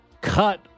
cut